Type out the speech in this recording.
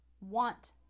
want